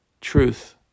truth